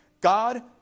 God